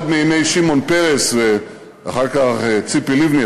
עוד מימי שמעון פרס ואחר כך ציפי לבני,